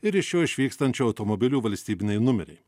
ir iš jo išvykstančių automobilių valstybiniai numeriai